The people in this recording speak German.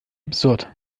absurd